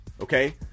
Okay